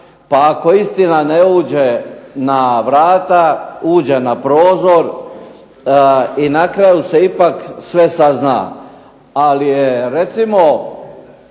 pa ako istina ne uđe na vrata, uđe na prozor, i na kraju se ipak sve sazna. Ali je recimo